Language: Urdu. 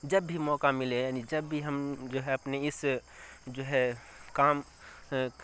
جب بھی موقع ملے یعنی جب بھی ہم جو ہے اپنے اس جو ہے کام